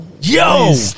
Yo